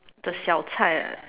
the 小菜 right